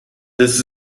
this